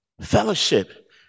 fellowship